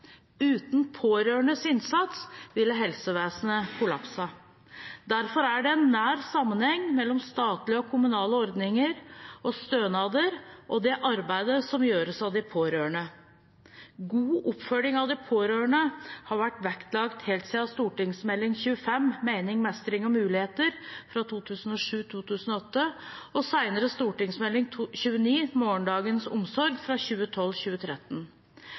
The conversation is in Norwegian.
Uten pårørendes innsats ville helsevesenet kollapset. Derfor er det en nær sammenheng mellom statlige og kommunale ordninger og stønader og det arbeidet som gjøres av de pårørende. God oppfølging av de pårørende har vært vektlagt helt siden St.meld. nr. 25 for 2005–2006 Mestring, muligheter og mening, og senere Meld.St. 29 for 2012–2013 Morgendagens omsorg.